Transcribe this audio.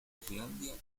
islandia